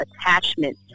attachment